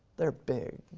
they're big,